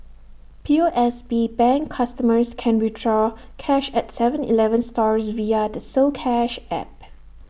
P O S B bank customers can withdraw cash at Seven Eleven stores via the soCash app